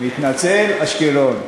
מתנצל, אשקלון.